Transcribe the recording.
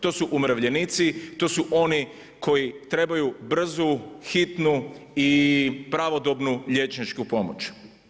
To su umirovljenici, to su oni koji trebaju brzu, hitnu i pravodobnu liječničku pomoć.